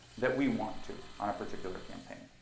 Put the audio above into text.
that we want to on a particular campaign.